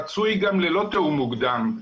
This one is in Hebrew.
רצוי גם ללא תיאום מוקדם.